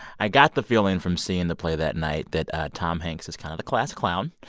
i got the feeling, from seeing the play that night that tom hanks is kind of the class clown.